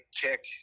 kick